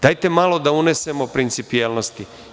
Dajte malo da unesemo principijelnosti.